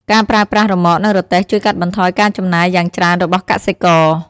ការប្រើប្រាស់រ៉ឺម៉កនឹងរទេះជួយកាត់បន្ថយការចំណាយយ៉ាងច្រើនរបស់កសិករ។